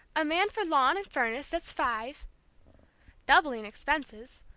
a man for lawn and furnace that's five doubling expenses,